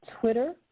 Twitter